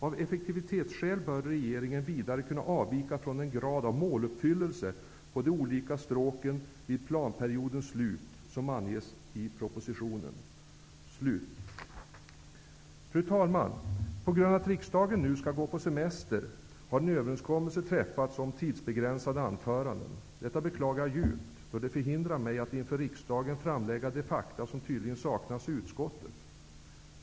Av effektivitetsskäl bör regeringen vidare kunna avvika från den grad av måluppfyllelse på de olika stråken, vid planperiodens slut, som anges i propositionen.'' Fru talman! På grund av att riksdagen nu skall gå på semester har en överenskommelse träffats om tidsbegränsade anföranden. Detta beklagar jag djupt då det förhindrar mig att inför riksdagen framlägga de fakta som tydligen utskottet saknar.